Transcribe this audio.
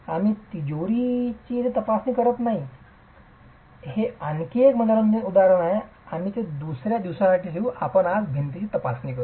आम्ही तिजोरीची येथे तपासणी करत नाही आहोत हे आणखी एक मनोरंजक उदाहरण आहे आणि आम्ही ते दुसर्या दिवसासाठी ठेवू आम्ही भिंतीची तपासणी करू